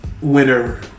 winner